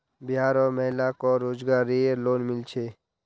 बिहार र महिला क रोजगार रऐ लोन मिल छे